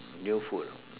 new food ah